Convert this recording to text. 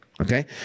okay